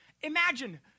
imagine